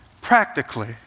practically